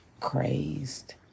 crazed